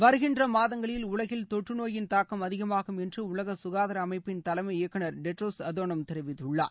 வருகின்ற மாதங்களில் உலகில் தொற்று நோயின் தாக்கம் அதிகமாகும் என்று உலக சுகாதார அமை்பபின் தலைமை இயக்குநர் டெட்ரோஸ் அதனோம் தெரிவித்துள்ளார்